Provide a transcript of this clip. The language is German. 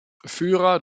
führer